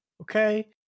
okay